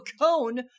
cone